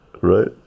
right